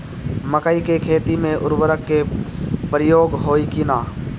मकई के खेती में उर्वरक के प्रयोग होई की ना?